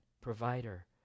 provider